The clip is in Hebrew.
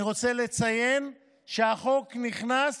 אני רוצה לציין שהחוק נכנס